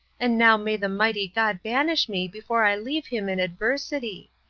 and now may the mighty god banish me before i leave him in adversity.